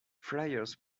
flyers